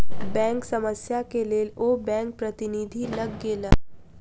bank समस्या के लेल ओ बैंक प्रतिनिधि लग गेला